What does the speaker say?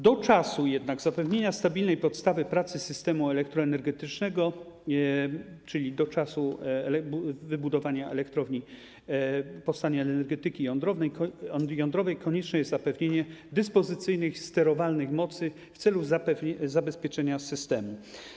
Do czasu zapewnienia stabilnej podstawy pracy systemu elektroenergetycznego, czyli do czasu wybudowania elektrowni, powstania energetyki jądrowej, konieczne jest zapewnienie dyspozycyjnych i sterowalnych mocy w celu zabezpieczenia systemu.